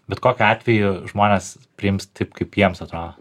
bet kokiu atveju žmonės priims taip kaip jiems atrodo